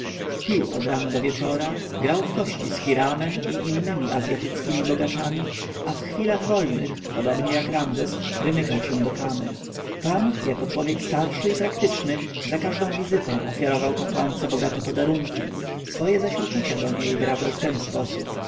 pił od rana do wieczora grał w kości z hiramem i innymi azjatyckimi bogaczami a w chwilach wolnych podobnie jak ramzes wymykał się do kamy tam jako człowiek starszy i praktyczny za każdą wizytą ofiarowywał kapłance bogate podarunki swoje zaś uczucia dla niej wyrażał w ten sposób